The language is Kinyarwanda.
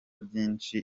byinshi